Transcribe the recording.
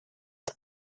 это